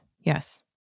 yes